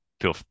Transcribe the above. feel